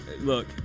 look